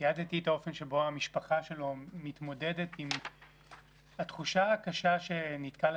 תיעדתי את האופן שבו המשפחה שלו מתמודדת עם התחושה הקשה שנתקע לה